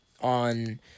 on